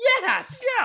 yes